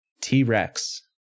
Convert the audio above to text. T-Rex